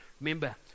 Remember